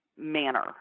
manner